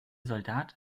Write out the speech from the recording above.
soldat